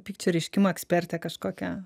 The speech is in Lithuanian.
pykčio reiškimo eksperte kažkokia